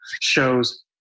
shows